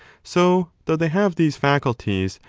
so, though they have these faculties,